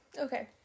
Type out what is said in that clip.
Okay